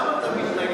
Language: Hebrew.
למה אתה מתנגד?